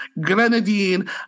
grenadine